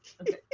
Okay